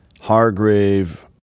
Hargrave